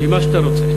עם מה שאתה רוצה.